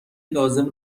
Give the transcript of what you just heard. لازم